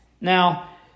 Now